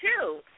two